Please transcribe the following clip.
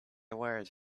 wired